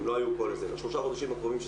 שלושה חודשים אחרונים,